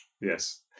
Yes